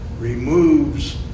removes